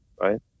right